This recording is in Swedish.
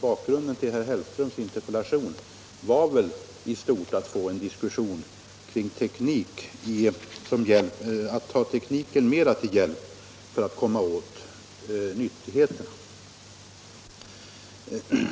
Syftet med herr Hellströms interpellation var väl i huvudsak att få till stånd en diskussion om hur man bättre skall kunna ta tekniken till hjälp för att komma åt nyttigheterna.